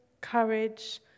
courage